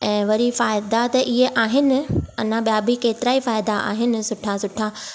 ऐं वरी फ़ाइदा त इहे आहिनि अञा ॿिया बि केतिरा फ़ाइदा आहिनि सुठा सुठा पर